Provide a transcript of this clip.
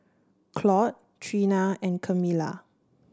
Claud Treena and Camilla